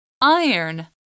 Iron